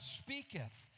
speaketh